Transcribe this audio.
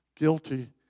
Guilty